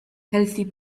healthy